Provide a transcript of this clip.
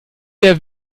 der